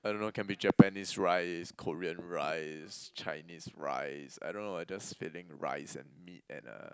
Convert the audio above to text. I don't know can be Japanese rice Korean rice Chinese rice I don't know I just feeling rice and meat and uh